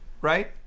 right